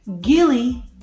Gilly